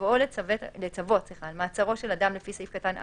בבואו לצוות על מעצרו של אדם לפי סעיף קטן (א)